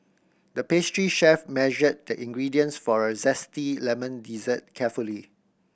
the pastry chef measured the ingredients for a zesty lemon dessert carefully